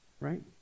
right